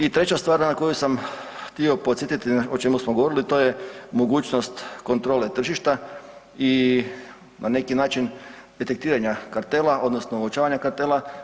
I treća stvar na koju sam htio podsjetiti o čemu smo govorili, to je mogućnost kontrole tržišta i na neki način detektiranja kartela odnosno uočavanja kartela.